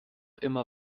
immer